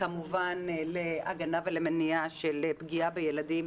כמובן להגנה ולמניעה של פגיעה בילדים,